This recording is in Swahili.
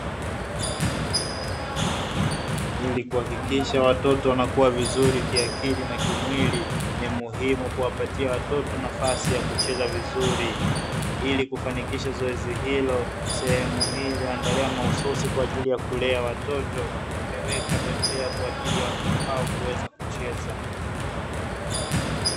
Ili kuhakikisha watoto wanakuwa vizuri kiakili na kimwili ni muhimu kuwapatia watoto nafasi ya kucheza vizuri, ili kufanikisha zoezi hilo. Sehemu hii iliyoandaliwa mahususi kwa ajili ya kulea watoto imeweka bembea kwa ajili ya watoto hao kuweza kucheza.